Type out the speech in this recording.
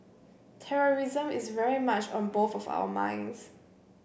terrorism is very much on both of our minds